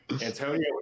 Antonio